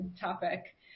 topic